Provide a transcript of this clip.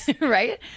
right